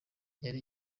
yari